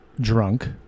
drunk